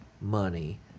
money